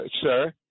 sir